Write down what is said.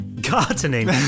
Gardening